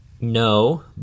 No